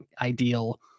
ideal